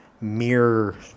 mirror